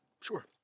Sure